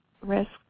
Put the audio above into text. risk